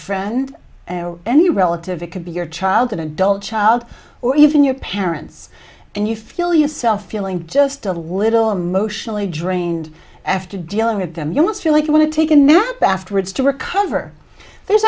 friend any relative it could be your child an adult child or even your parents and you feel yourself feeling just a little emotionally drained after dealing with them you must feel like you want to take a nap afterwards to recover there's